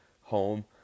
home